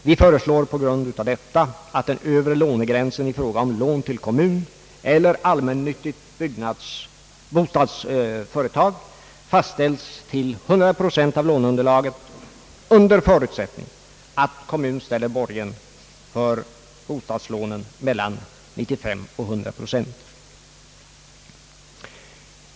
Vi föreslår därför att den övre lånegränsen i fråga om lån till kommun eller allmännyttigt bostadsföretag fastställs till 100 procent av låneunderlaget under förutsättning att kommun ställer borgen för bostadslånen mellan 95 och 100 procent.